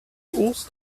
urs